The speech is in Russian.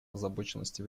озабоченности